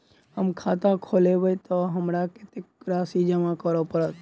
हम खाता खोलेबै तऽ हमरा कत्तेक राशि जमा करऽ पड़त?